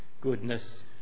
goodness